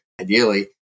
ideally